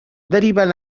deriven